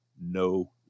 no